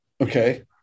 okay